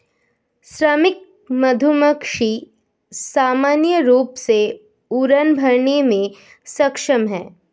श्रमिक मधुमक्खी सामान्य रूप से उड़ान भरने में सक्षम हैं